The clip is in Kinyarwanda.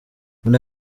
muri